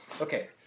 Okay